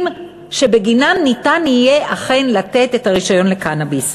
הנוספים שבגינם ניתן יהיה אכן לתת את הרישיון לקנאביס.